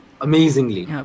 amazingly